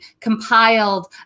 compiled